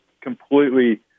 completely